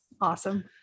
Awesome